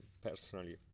personally